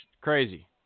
Crazy